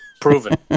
Proven